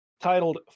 Titled